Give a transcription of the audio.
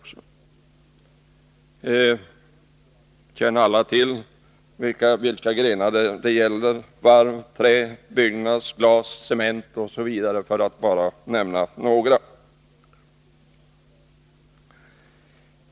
Vi känner alla till vilka grenar som berörs — varv, trä, byggnads, glas och cement, för att bara nämna några.